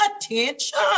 attention